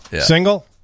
Single